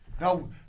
Now